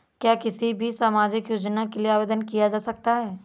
क्या किसी भी सामाजिक योजना के लिए आवेदन किया जा सकता है?